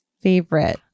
favorite